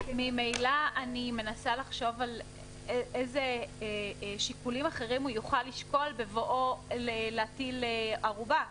אני מנסה לחשוב אלו שיקולים אחרים הוא יוכל לשקול בבואו להטיל ערובה,